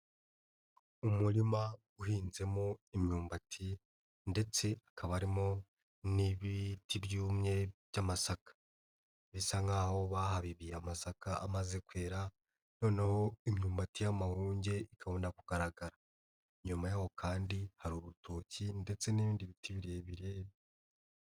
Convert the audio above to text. Umurima uhinzemo imyumbati ndetse hakaba harimo n'ibiti byumye by'amasaka. Bisa nk'aho bahabibiye amasaka amaze kwera noneho imyumbati y'amahunge ikabona kugaragara. Inyuma yaho kandi hari urutoki ndetse n'ibindi biti birebire.